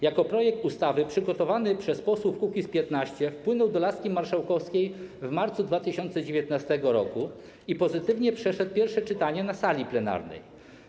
Jako projekt ustawy przygotowany przez posłów Kukiz’15 wpłynął do laski marszałkowskiej w marcu 2019 r. i pozytywnie przeszedł przez pierwsze czytanie na sali plenarnej.